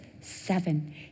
seven